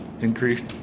increased